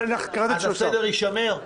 הסדר יישמר?